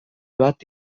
bat